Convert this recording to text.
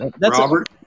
Robert